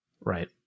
Right